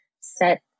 set